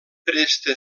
presta